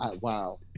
Wow